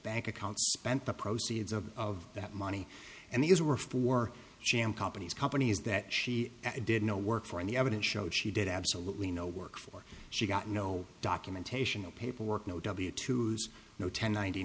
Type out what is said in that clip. bank account spent the proceeds of of that money and these were for sham companies companies that she did no work for and the evidence showed she did absolutely no work for she got no documentation no paperwork no w two no ten ninety